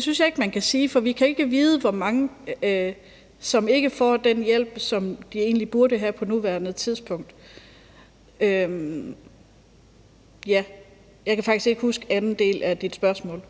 synes jeg ikke man kan bruge, for vi kan ikke vide, hvor mange der ikke får den hjælp, som de egentlig burde have, på nuværende tidspunkt. Så kan jeg faktisk ikke huske anden del af dit spørgsmål,